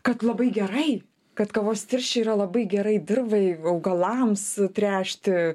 kad labai gerai kad kavos tirščiai yra labai gerai dirvai augalams tręšti